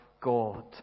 God